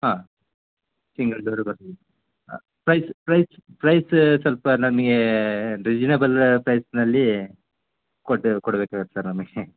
ಹಾಂ single door ಬರ್ತದೆ ಹಾಂ ಪ್ರೈಸ್ ಪ್ರೈಚ್ ಪ್ರೈಸ ಸ್ವಲ್ಪ ನನ್ಗೆ ರೀಜನೇಬಲ ಪ್ರೈಸ್ನಲ್ಲಿ ಕೊಡ್ಬೆ ಕೊಡ್ಬೇಕಾಗತ್ತೆ ಸರ್ ನಮಗೆ